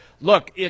Look